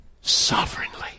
sovereignly